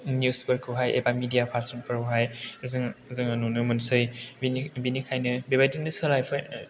निउसफोरखौहाय एबा मिदिया पारसनफोरावहाय जोङो नुनो मोनसै बिनिखायनो बेबायदिनो सोलायफा